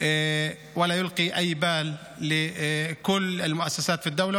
ואינו מתחשב בכל המוסדות במדינה,